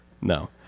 No